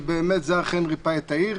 ובאמת זה אכן ריפא את העיר,